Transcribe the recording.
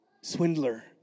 swindler